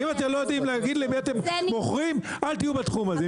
אם אתם לא יודעים להגיד לי מה אתם מוכרים אל תהיו בתחום הזה,